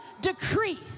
decree